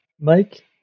Mike